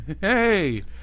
Hey